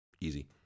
easy